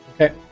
Okay